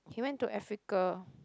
he went to Africa